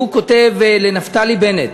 שהוא כותב לנפתלי בנט.